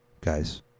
guys